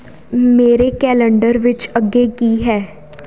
ਮੇਰੇ ਕੈਲੰਡਰ ਵਿੱਚ ਅੱਗੇ ਕੀ ਹੈ